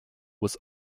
was